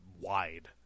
wide